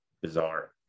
bizarre